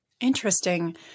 Interesting